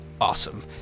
awesome